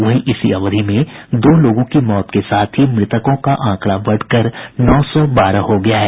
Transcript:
वहीं इसी अवधि में दो लोगों की मौत के साथ ही मृतकों का आंकड़ा बढ़कर नौ सौ बारह हो गया है